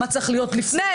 מה צריך להיות לפני,